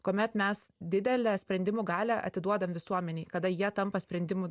kuomet mes didelę sprendimų galią atiduodam visuomenei kada jie tampa sprendimų